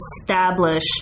establish